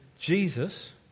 Jesus